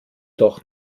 doch